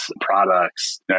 products